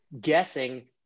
guessing